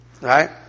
Right